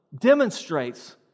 demonstrates